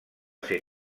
ser